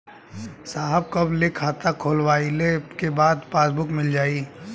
साहब कब ले खाता खोलवाइले के बाद पासबुक मिल जाई?